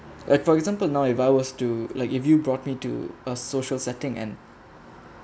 like for example now if I was to like if you brought me to a social setting and